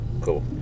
Cool